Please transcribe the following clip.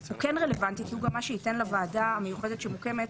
הוא כן רלוונטי כי הוא גם מה שייתן לוועדה המיוחדת שמוקמת